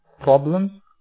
problems